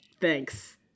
thanks